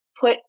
put